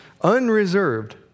unreserved